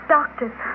Doctors